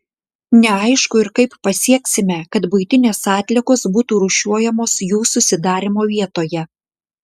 neaišku ir kaip pasieksime kad buitinės atliekos būtų rūšiuojamos jų susidarymo vietoje